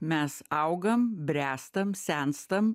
mes augam bręstam senstam